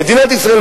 מדינת ישראל,